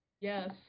Yes